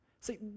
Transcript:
See